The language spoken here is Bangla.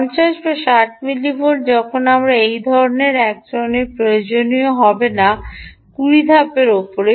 50 বা 60 মিলিভোল্টগুলি তখন আপনার এই ধরণের এক প্রয়োজন হবে না 200 ধাপ উপরে